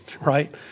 right